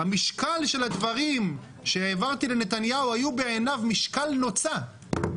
המשקל של הדברים שהעברתי לנתניהו היו בעיניו משקל נוצה.